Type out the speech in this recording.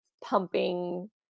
pumping